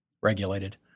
regulated